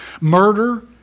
Murder